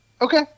Okay